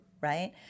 right